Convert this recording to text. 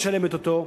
משלמת אותו,